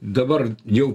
dabar jau